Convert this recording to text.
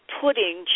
putting